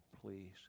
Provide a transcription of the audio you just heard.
please